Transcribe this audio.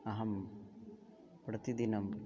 अहं प्रतिदिनं